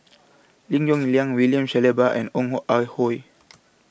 Lim Yong Liang William Shellabear and Ong Ah Hoi